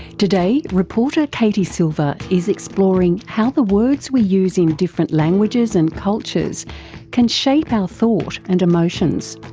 today reporter kate silver is exploring how the words we use in different languages and cultures can shape our thought and emotions.